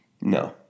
No